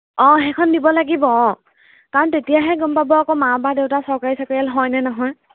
অঁ সেইখন দিব লাগিব অঁ কাৰণ তেতিয়াহে গম পাব আক' মা বা দেউতা চৰকাৰী চাকৰিয়াল হয়নে নহয়